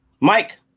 Mike